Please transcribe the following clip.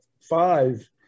five